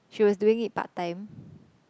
she was doing it part time